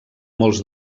molts